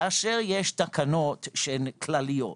כאשר יש תקנות שהן כלליות,